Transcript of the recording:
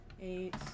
Eight